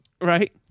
Right